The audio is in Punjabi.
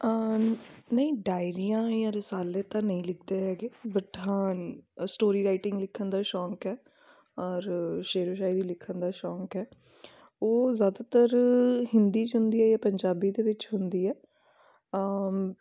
ਨਹੀਂ ਡਾਇਰੀਆਂ ਜਾਂ ਰਸਾਲੇ ਤਾਂ ਨਹੀਂ ਲਿਖਦੇ ਹੈਗੇ ਬਟ ਹਾਂ ਅ ਸਟੋਰੀ ਰਾਈਟਿੰਗ ਲਿਖਣ ਦਾ ਸ਼ੌਕ ਹੈ ਔਰ ਸ਼ੇਅਰੋ ਸ਼ਾਇਰੀ ਲਿਖਣ ਦਾ ਸ਼ੌਕ ਹੈ ਉਹ ਜ਼ਿਆਦਾਤਰ ਹਿੰਦੀ 'ਚ ਹੁੰਦੀ ਹੈ ਜਾਂ ਪੰਜਾਬੀ ਦੇ ਵਿੱਚ ਹੁੰਦੀ ਹੈ